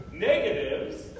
negatives